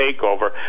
takeover